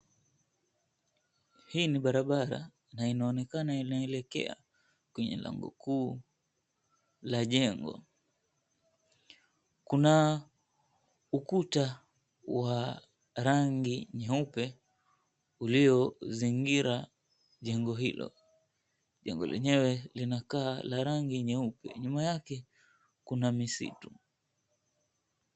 Hii ni barabara, na inaonekana inaelekea kwenye lango kuu la jengo. Kuna ukuta wa rangi nyeupe uliozingira jengo hilo, jengo lenyewe linakaa la rangi nyeupe. Nyuma yake kuna misitu.